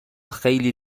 خیلی